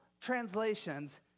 translations